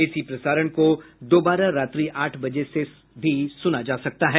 इसी प्रसारण को दोबारा रात्रि आठ बजे से भी सुना जा सकता है